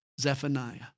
Zephaniah